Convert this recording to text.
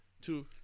two